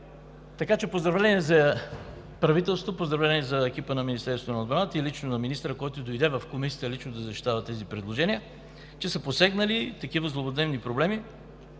Така че поздравления за правителството, поздравления за екипа на Министерството на отбраната и за министъра, който дойде в Комисията лично да защитава тези предложения, че са посегнали такива злободневни проблеми